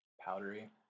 powdery